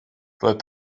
roedd